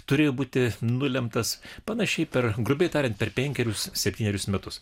turėjo būti nulemtas panašiai per grubiai tariant per penkerius septynerius metus